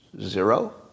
Zero